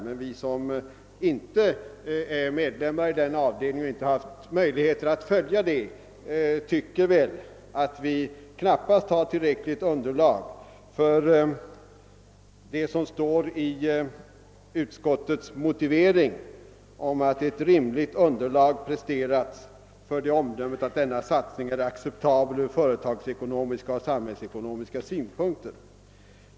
Men vi som inte är medlemmar i den avdelningen och inte haft möjligheter att ta del av vad som förekommit där tycker att det knappast finns grund för vad som står i utskottets motivering, nämligen att ett »rimligt underlag presterats för det omdömet att denna satsning är acceptabel ur företagsekonomiska och samhällsekonomiska synpunkter».